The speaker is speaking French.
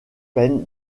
peine